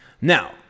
Now